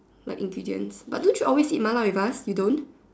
like ingredients but don't you always eat Ma lah with us you don't